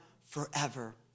forever